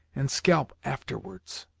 and scalp afterwards.